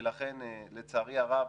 ולכן לצערי הרב